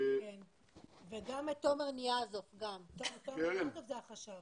וגם את תומר ניאזוף, תומר זה החשב.